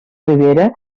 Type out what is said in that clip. rivera